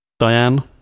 Diane